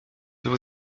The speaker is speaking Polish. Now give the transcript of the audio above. był